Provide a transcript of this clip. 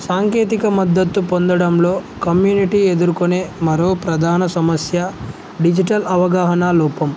సాంకేతిక మద్దతు పొందడంలో కమ్యూనిటీ ఎదుర్కునే మరో ప్రధాన సమస్య డిజిటల్ అవగాహన లోపం